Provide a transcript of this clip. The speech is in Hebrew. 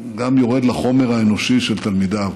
הוא גם יורד לחומר האנושי של תלמידיו,